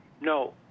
no